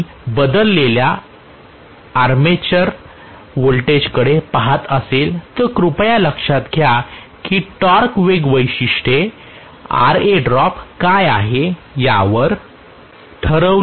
जर मी बदललेल्या आर्मेटर व्होल्टेजकडे पहात असेल तर कृपया लक्षात घ्या की टॉर्क वेग वैशिष्ठये Ra ड्रॉप काय आहे यावर ठरविली जातील